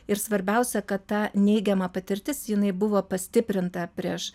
ir svarbiausia kad ta neigiama patirtis jinai buvo pastiprinta prieš